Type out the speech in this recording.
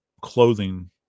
clothing